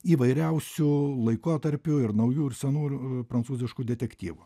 įvairiausių laikotarpių ir naujų ir senų prancūziškų detektyvų